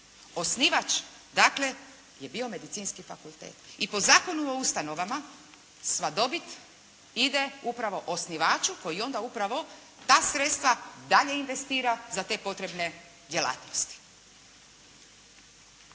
Osnivač dakle je bio Medicinski fakultet i po Zakonu o ustanovama sva dobit ide upravo osnivaču koji onda upravo ta sredstva dalje investira za te potrebne djelatnosti.